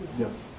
yes.